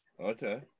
Okay